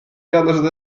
teadlased